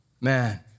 man